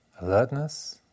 alertness